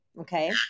Okay